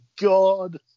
god